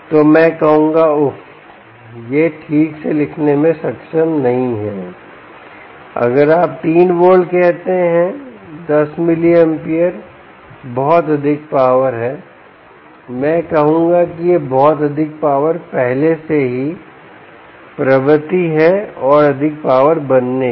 तो मैं कहूंगा उफ़ यह ठीक से लिखने में सक्षम नहीं है अगर आप 3 वोल्ट कहते हैं 10 मिलीएंपियर बहुत अधिक पावर है मैं कहूंगा कि यह बहुत अधिक पावर पहले से ही प्रवृत्ति है और अधिक पावर बनने की